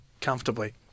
comfortably